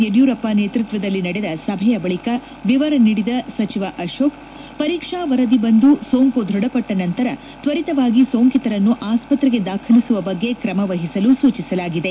ಯಡಿಯೂರಪ್ಪ ನೇತೃತ್ವದಲ್ಲಿ ನಡೆದ ಸಭೆಯ ಬಳಿಕ ವಿವರ ನೀಡಿದ ಸಚಿವ ಅಶೋಕ ಪರೀಕ್ಷಾ ವರದಿ ಬಂದು ಸೋಂಕು ದೃಢಪಟ್ಷ ನಂತರ ತ್ವರಿತವಾಗಿ ಸೋಂಕಿತರನ್ನು ಆಸ್ಪತ್ರೆಗೆ ದಾಖಲಿಸುವ ಬಗ್ಗೆ ಕ್ರಮ ವಹಿಸಲು ಸೂಚಿಸಲಾಗಿದೆ